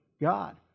God